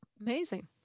Amazing